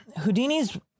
houdini's